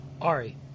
Ari